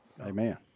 Amen